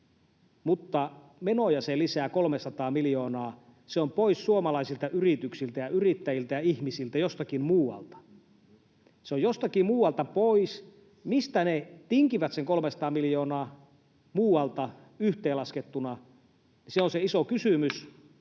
mutta menoja se lisää 300 miljoonaa. Se on pois suomalaisilta yrityksiltä ja yrittäjiltä ja ihmisiltä jostakin muualta. Se on jostakin muualta pois. Mistä ne tinkivät sen 300 miljoonaa muualta yhteenlaskettuna, se on se iso kysymys.